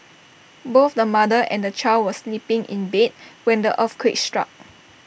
both the mother and the child were sleeping in bed when the earthquake struck